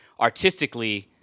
artistically